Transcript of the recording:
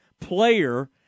player